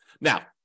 Now